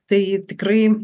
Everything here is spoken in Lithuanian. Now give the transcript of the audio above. tai tikrai